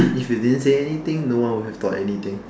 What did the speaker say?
if you didn't say anything no one would have thought anything